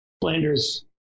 Flanders